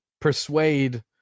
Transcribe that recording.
persuade